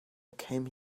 came